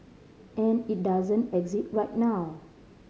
and it doesn't exist right now